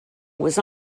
was